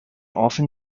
often